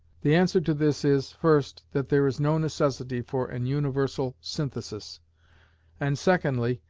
the answer to this is, first, that there is no necessity for an universal synthesis and secondly,